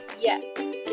Yes